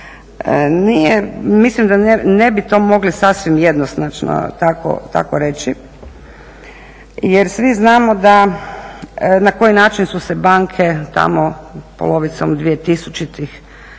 mislim da ne bi to mogli sasvim jednoznačno tako reći jer svi znamo da, na koji način su se banke tamo polovicom dvije